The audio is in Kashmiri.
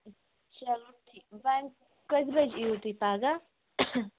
چلو ٹھیٖک وۅنۍ کٔژِ بَجہِ یِیِو تُہۍ پگاہ